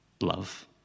love